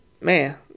Man